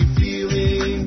feeling